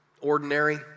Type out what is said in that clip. ordinary